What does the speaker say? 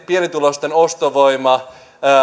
pienituloisten ostovoima